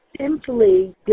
simply